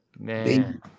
Man